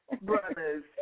Brothers